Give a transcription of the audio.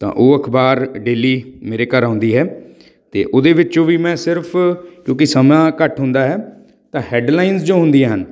ਤਾਂ ਉਹ ਅਖ਼ਬਾਰ ਡੇਲੀ ਮੇਰੇ ਘਰ ਆਉਂਦੀ ਹੈ ਅਤੇ ਉਹਦੇ ਵਿੱਚੋਂ ਵੀ ਮੈਂ ਸਿਰਫ਼ ਕਿਉਂਕਿ ਸਮਾਂ ਘੱਟ ਹੁੰਦਾ ਹੈ ਤਾਂ ਹੈਡਲਾਈਨਜ਼ ਜੋ ਹੁੰਦੀਆਂ ਹਨ